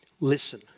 Listen